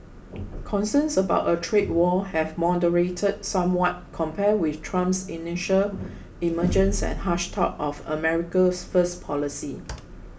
concerns about a trade war have moderated somewhat compared with Trump's initial emergence and harsh talk of America first policy